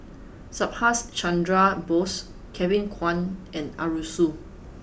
Subhas Chandra Bose Kevin Kwan and Arasu